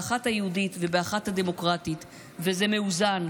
באחד ה"יהודית" ובאחד ה"דמוקרטית", וזה מאוזן,